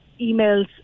emails